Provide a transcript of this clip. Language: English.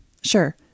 Sure